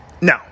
No